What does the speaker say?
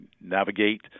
navigate